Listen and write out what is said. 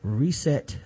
reset